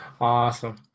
awesome